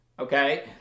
Okay